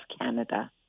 canada